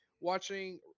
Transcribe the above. watching